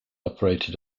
operated